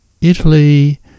Italy